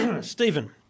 Stephen